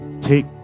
take